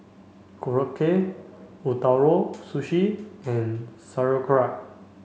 Korokke Ootoro Sushi and Sauerkraut